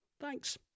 Thanks